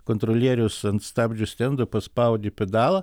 kontrolierius ant stabdžių stendo paspaudė pedalą